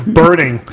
burning